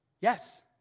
Yes